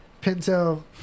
Pinto